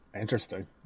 Interesting